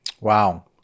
wow